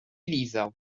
lizał